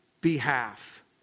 behalf